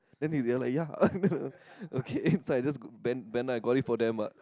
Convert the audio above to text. then they are like ya I know okay so I just got bend bend down and got it from them ah